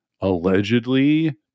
allegedly